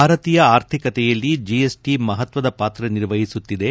ಭಾರತೀಯ ಆರ್ಥಿಕತೆಯಲ್ಲಿ GST ಮಹತ್ವದ ಪಾತ್ರ ನಿರ್ವಹಿಸುತ್ತಿದೆ